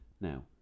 now